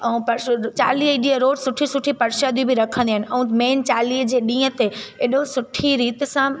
ऐं चालीह ई ॾींहं रोज़ सुठी सुठी प्रसादी बि रखंदी आहिनि ऐं मेन चालीहे जे ॾींअं ते हेॾो सुठी रीत सां